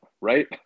Right